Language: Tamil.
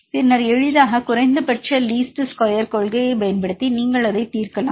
பின்னர் எளிதாக குறைந்தபட்ச லீஸ்ட் ஸ்கொயர் கொள்கையைப் பயன்படுத்தி நீங்கள் அதைத் தீர்க்கலாம்